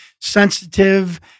sensitive